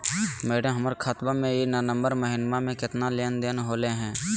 madam, हमर खाता में ई नवंबर महीनमा में केतना के लेन देन होले है